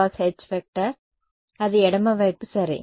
సరిగ్గా 1sz ∂∂z zˆ × H అది ఎడమ వైపు సరే